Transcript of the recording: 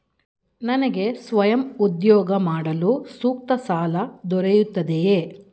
ನನಗೆ ಸ್ವಯಂ ಉದ್ಯೋಗ ಮಾಡಲು ಸೂಕ್ತ ಸಾಲ ದೊರೆಯುತ್ತದೆಯೇ?